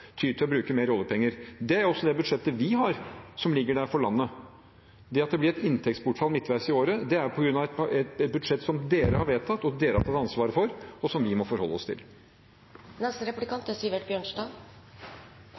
til å bruke mer oljepenger. Budsjettet vi har, ligger der for landet. Det at det blir inntektsbortfall midtveis i året, er pga. et budsjett som flertallet har vedtatt og tatt ansvaret for, og som vi må forholde oss